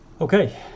Okay